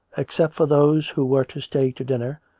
except for those who were to stay to dinner,